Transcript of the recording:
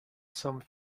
some